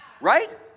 Right